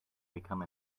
become